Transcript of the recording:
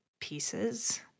pieces